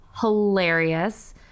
hilarious